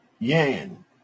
Yan